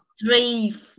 three